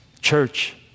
Church